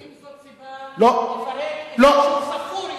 האם זו סיבה לפרק את היישוב סאפורי או לגרש אותם?